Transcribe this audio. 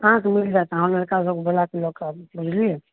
अहाँके मिल जाएत अहाँ लड़का सब बोलाके लऽ कऽ आबू बुझलियै